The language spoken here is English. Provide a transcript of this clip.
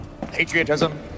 patriotism